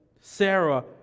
Sarah